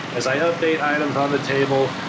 as i update items on the table,